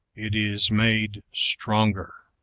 it is made stronger.